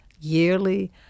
yearly